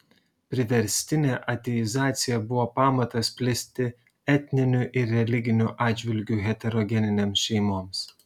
priverstinė ateizacija buvo pamatas plisti etniniu ir religiniu atžvilgiu heterogeninėms šeimoms